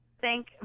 Thank